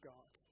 God